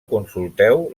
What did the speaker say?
consulteu